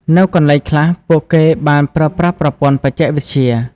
នៅកន្លែងខ្លះ ពួកគេបានប្រើប្រាស់ប្រព័ន្ធបច្ចេកវិទ្យា។